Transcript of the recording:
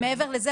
מעבר לזה,